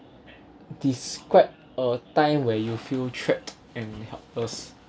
describe a time where you feel trapped and helpless